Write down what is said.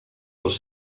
els